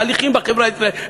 תהליכים בחברה הישראלית,